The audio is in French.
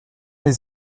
les